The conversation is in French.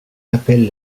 appelle